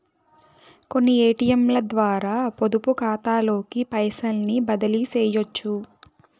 కొన్ని ఏటియంలద్వారా పొదుపుకాతాలోకి పైసల్ని బదిలీసెయ్యొచ్చు